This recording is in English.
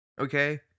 Okay